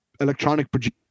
electronic